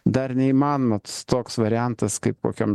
dar neįmanomas toks variantas kaip kokiam